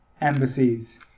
embassies